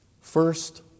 First